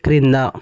క్రింద